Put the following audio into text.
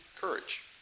courage